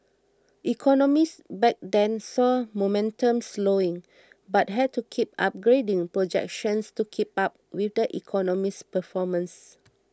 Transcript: economists back then saw momentum slowing but had to keep upgrading projections to keep up with the economy's performance